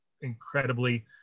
incredibly